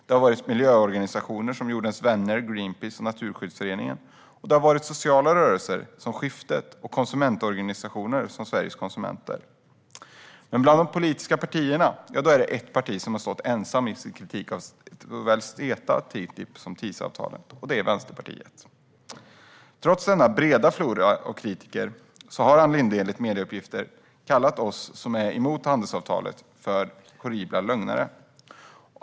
Det gäller miljöorganisationer som Jordens Vänner, Greenpeace och Naturskyddsföreningen. Det gäller också sociala rörelser, som Skiftet, och konsumentorganisationer, som Sveriges Konsumenter. Men bland de politiska partierna har Vänsterpartiet stått ensamt i sin kritik av CETA, TTIP och TISA. Trots denna breda flora av kritiker har Ann Linde, enligt medieuppgifter, kallat oss som är emot handelsavtalet horribla lögnare.